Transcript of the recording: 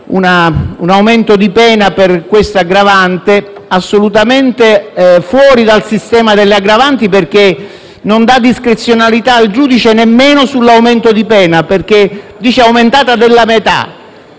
un aumento di pena per questa aggravante assolutamente fuori dal sistema delle aggravanti, perché non lascia discrezionalità al giudice neppure sull'aumento di pena, stabilendo che la pena è aumentata della metà.